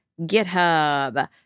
GitHub